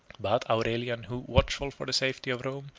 but aurelian, who, watchful for the safety of rome,